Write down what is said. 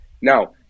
Now